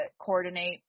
coordinate